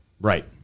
Right